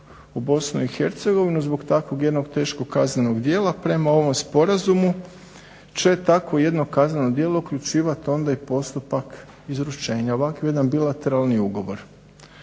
u Bosnu i Hercegovinu zbog takvog jednog teškog kaznenog djela prema ovom Sporazumu će takvo jedno kazneno djelo uključivati onda i postupak izručenja, ovakav jedan bilateralni ugovor.